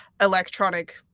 electronic